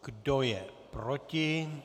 Kdo je proti?